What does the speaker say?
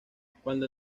cuando